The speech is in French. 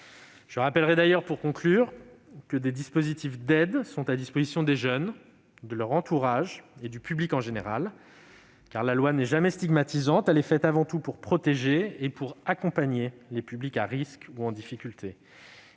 Je rappellerai, pour conclure, que des dispositifs d'aide sont à disposition des jeunes, de leurs entourages et du public en général, car la loi n'est jamais stigmatisante. Elle est faite avant tout pour protéger et accompagner les publics à risque. Il ne faut